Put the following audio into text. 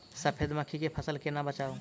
सफेद मक्खी सँ फसल केना बचाऊ?